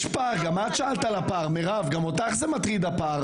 מירב, גם את שאלת על הפער, גם אותך זה מטריד.